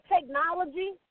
technology